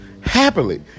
happily